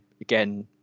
again